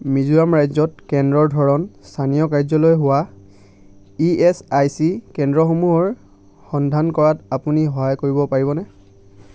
মিজোৰাম ৰাজ্যত কেন্দ্ৰৰ ধৰণ স্থানীয় কাৰ্য্য়ালয় হোৱা ইএছআইচি কেন্দ্ৰসমূহৰ সন্ধান কৰাত আপুনি সহায় কৰিব পাৰিবনে